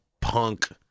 punk